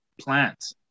plants